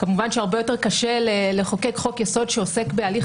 וכמובן שהרבה יותר קשה לחוקק חוק-יסוד שעוסק בהליך